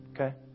Okay